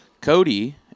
Cody